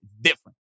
different